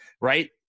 right